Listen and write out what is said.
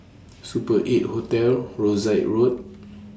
Super eight Hotel Rosyth Road